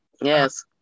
Yes